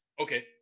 okay